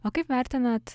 o kaip vertinat